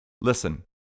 Listen